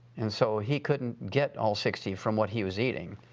and so he couldn't get all sixty from what he was eating.